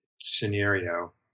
scenario